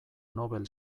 nobel